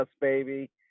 baby